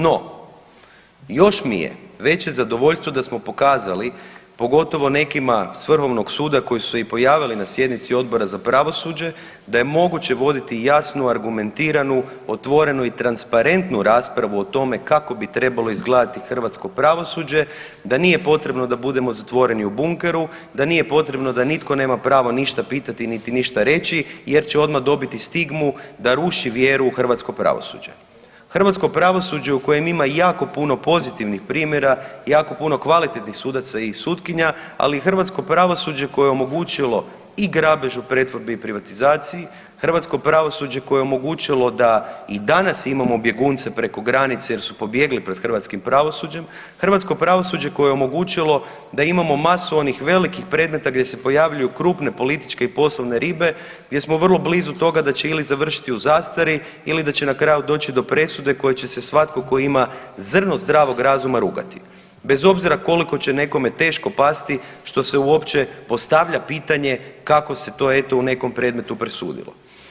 No još mi je veće zadovoljstvo da smo pokazali, pogotovo nekima s vrhovnog suda koji su se i pojavili na sjednici Odbora za pravosuđe da je moguće voditi jasnu, argumentiranu, otvorenu i transparentnu raspravu o tome kako bi trebalo izgledati hrvatsko pravosuđe, da nije potrebno da budemo zatvoreni u bunkeru, da nije potrebno da nitko nema pravo ništa pitati, niti ništa reći jer će odmah dobiti stigmu da ruši vjeru u hrvatsko pravosuđe, hrvatsko pravosuđe u kojem ima jako puno pozitivnih primjera, jako puno kvalitetnih sudaca i sutkinja, ali i hrvatsko pravosuđe koje je omogućilo i grabež u pretvorbi i privatizaciji, hrvatsko pravosuđe koje je omogućilo da i danas imamo bjegunce preko granice jer su pobjegli pred hrvatskim pravosuđem, hrvatsko pravosuđe koje je omogućilo da imamo masu onih velikih predmeta gdje se pojavljuju krupne političke i poslovne ribe, gdje smo vrlo blizu toga da će ili završiti u zastari ili da će na kraju doći do presude kojoj će se svatko tko ima zrno zdravog razuma rugati bez obzira koliko će nekome teško pasti što se uopće postavlja pitanje kako se to eto u nekom predmetu presudilo.